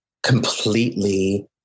completely